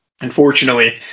Unfortunately